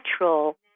natural